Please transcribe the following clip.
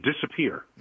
disappear